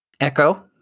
Echo